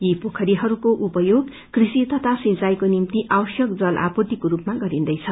यी पोखरीहरूको उपयोग कृषि तथा सिंईको निम्ति आवश्यक जल आपूतिर्म्को रूपमा गरिन्दैछ